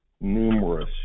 numerous